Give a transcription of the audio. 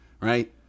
Right